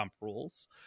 Rules